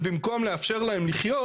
במקום לאפשר להם לחיות,